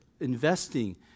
investing